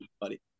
buddy